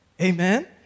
Amen